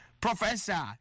Professor